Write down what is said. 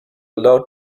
allowed